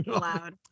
loud